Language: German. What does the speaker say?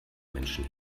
menschen